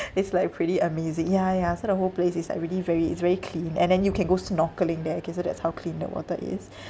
it's like pretty amazing ya ya so the whole place is like really very it's very clean and then you can go snorkelling there K so that's how clean the water is